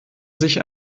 sich